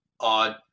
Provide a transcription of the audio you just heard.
odd